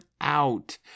out